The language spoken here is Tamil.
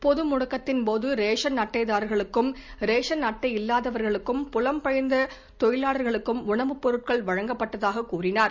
பொது முடக்கத்தின் போது ரேஷன் அட்டைதாரர்களுக்கும் ரேஷன் அட்டையில்லாதவர்களுக்கும் புலம் பெயர்ந்த தொழிலாளர்களுக்கும் உணவுப் பொருட்கள் வழங்கப்பட்டதாக கூறினார்